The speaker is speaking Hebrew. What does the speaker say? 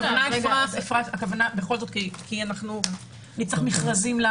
נצטרך מכרזים,